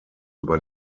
über